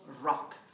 rock